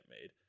made